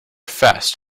fast